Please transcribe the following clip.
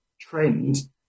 trend